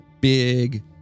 Big